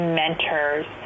mentors